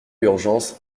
urgence